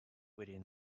within